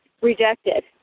rejected